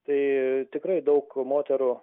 tai tikrai daug moterų